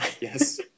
Yes